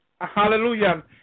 hallelujah